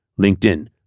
LinkedIn